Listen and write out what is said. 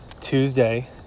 Tuesday